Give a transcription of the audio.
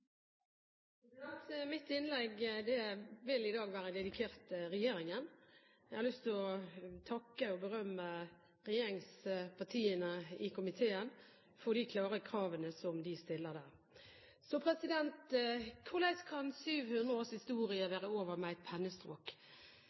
dag. Mitt innlegg vil i dag være dedisert regjeringen. Jeg har lyst til å takke og berømme regjeringspartiene i komiteen for de klare kravene som de stiller der. «Korleis kan 700 års historie vere over med